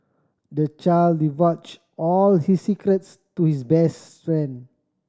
the child divulge all his secrets to his best friend